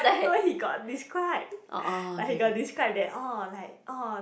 no he got describe like he got describe that orh like orh